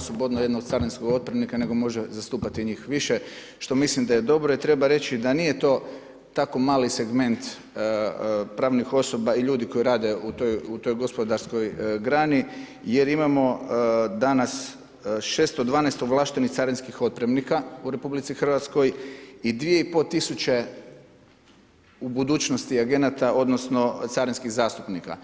se ne razumije.]] jednog carinskog otpremnika nego može zastupati i njih više što mislim da je dobro jer treba reći da nije to tako mali segment pravnih osoba i ljudi koji rade u toj gospodarskoj grani jer imamo danas 612 ovlaštenih carinskih otpremnika u RH i 2,5 tisuće u budućnosti agenata odnosno carinskih zastupnika.